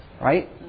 Right